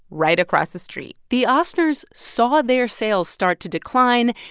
right across the street the osners saw their sales start to decline,